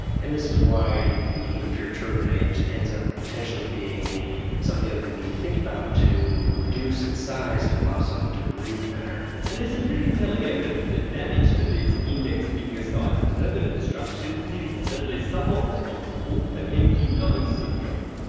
and this is why the inferior turbinate ends up potentially being something that we need to think about to reduce its size to allow someone to breathe better. and there's some pretty compelling evidence that damage to these index finger sized turbinate structures is at least somewhat responsible for empty nose syndrome.